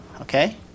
okay